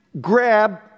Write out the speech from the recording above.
grab